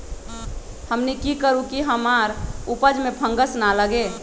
हमनी की करू की हमार उपज में फंगस ना लगे?